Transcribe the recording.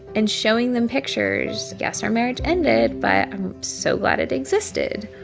and showing them pictures. yes, our marriage ended. but i'm so glad it existed.